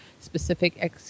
specific